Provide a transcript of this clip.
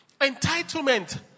Entitlement